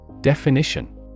Definition